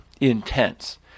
intense